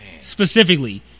Specifically